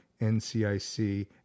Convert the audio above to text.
NCIC